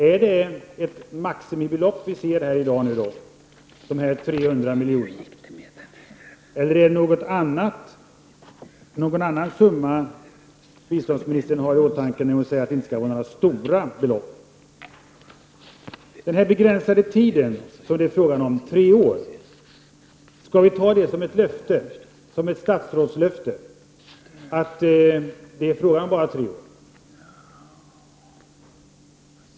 Är det ett maximibelopp som vi ser här i dag, 300 milj.kr., eller är det någon annan summa som bi ståndsministern har i åtanke när hon säger att det inte skall vara några stora belopp? Den begränsade tiden på tre år som det är fråga om, skall vi ta det som ett löfte, som ett statsrådslöfte, att det bara är fråga om tre år?